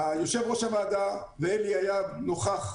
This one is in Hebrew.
יושב-ראש הוועדה היה נוכח,